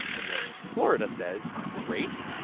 and then florida says, great.